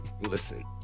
Listen